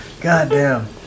Goddamn